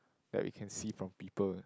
that you can see from people